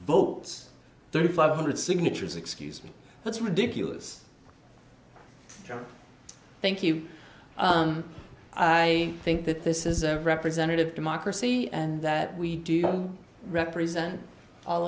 votes thirty five hundred signatures excuse me that's ridiculous thank you i think that this is a representative democracy and that we do represent all